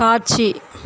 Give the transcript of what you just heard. காட்சி